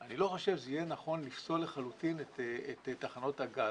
אני לא חושב שזה יהיה נכון לפסול לחלוטין את תחנות הגז.